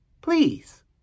please